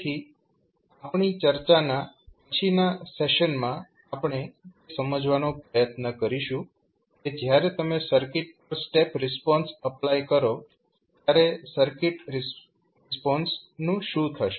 તેથી આપણી ચર્ચાના પછીના સેશન માં આપણે તે સમજવાનો પ્રયત્ન કરીશું કે જ્યારે તમે સર્કિટ પર સ્ટેપ રિસ્પોન્સ એપ્લાય કરો ત્યારે સર્કિટ રિસ્પોન્સનું શું થશે